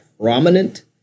prominent